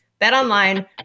BetOnline